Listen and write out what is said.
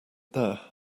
there